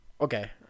Okay